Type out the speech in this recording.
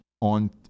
on